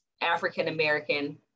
African-American